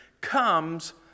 comes